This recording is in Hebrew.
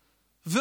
פרס.